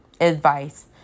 advice